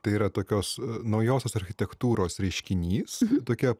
tai yra tokios naujosios architektūros reiškinys tokie